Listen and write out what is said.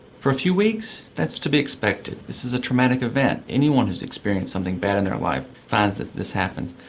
for a few weeks that's to be expected. this is a traumatic event. anyone who has experienced something bad in their life finds that this happens.